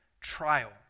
trial